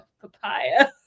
papaya